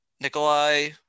Nikolai